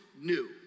new